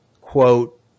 quote